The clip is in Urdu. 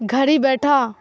گھر ہی بیٹھا